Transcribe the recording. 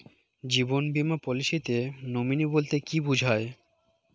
জীবন বীমা পলিসিতে নমিনি বলতে কি বুঝায়?